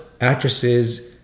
actresses